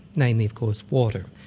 namely of course, water.